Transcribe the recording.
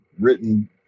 written